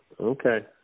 Okay